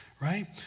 right